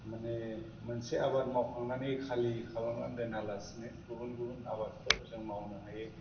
माने मोनसे आबाद मावखांनानै खालि खालामनानै दोनालासेनो गुबुन गुबुन आबादफोर जों मावनो हायो